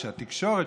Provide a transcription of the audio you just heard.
בתקשורת,